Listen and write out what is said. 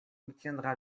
obtiendra